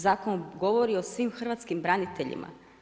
Zakon govori o svim hrvatskim braniteljima.